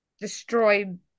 destroyed